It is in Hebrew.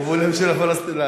הוא בונה בשביל הפלסטינים.